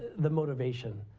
the motivation,